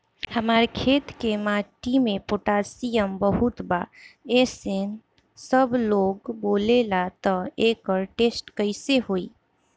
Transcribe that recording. हमार खेत के माटी मे पोटासियम बहुत बा ऐसन सबलोग बोलेला त एकर टेस्ट कैसे होई?